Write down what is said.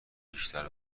بیشتر